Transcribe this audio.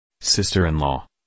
sister-in-law